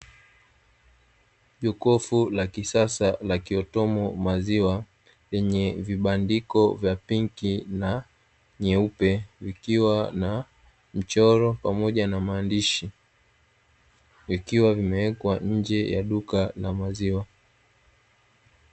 Jokofu la kisasa la kiautomatiki maziwa lenye vibandiko vya pinki na nyeupe, vikiwa na mchoro pamoja na maandishi, vikiwa vimewekwa nje ya duka la maziwa.